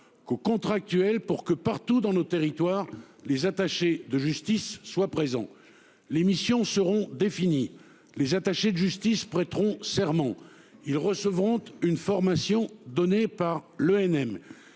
qu'aux contractuels pour que partout dans nos territoires les attachés de justice soit présent l'émission seront définies les attachés de justice prêteront serment ils recevront une formation donnée par l'ENM.